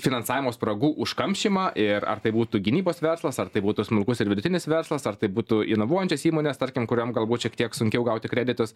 finansavimo spragų užkamšymą ir ar tai būtų gynybos verslas ar tai būtų smulkus ir vidutinis verslas ar tai būtų inovuojančios įmonės tarkim kuriom galbūt šiek tiek sunkiau gauti kreditus